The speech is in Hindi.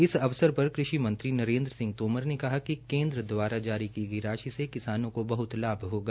इस अवसर पर कृषि मंत्री नरेन्द्र सिंह तोमर ने कहा कि केन्द्र सरकार द्वारा जारी की गई राशि से किसानों को बह्त लाभ होगा